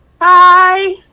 Hi